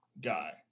guy